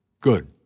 Good